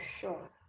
Sure